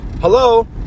Hello